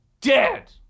dead